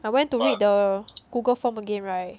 I went to read the google form again right